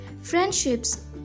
friendships